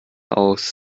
aus